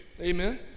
Amen